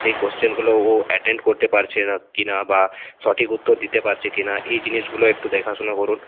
সেই কোয়েশ্চেনগুলো ও অ্যাটেন্ড করতে পারছে না কি না বা সঠিক উত্তর দিতে পারছে কি না এই জিনিসগুলা একটু দেখাশুনা করুন